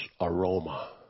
Aroma